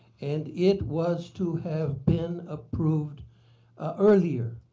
and it was to have been approved earlier.